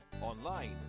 online